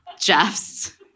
Jeff's